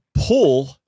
Pull